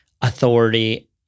authority